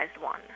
one